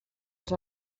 els